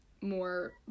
more